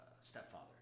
stepfather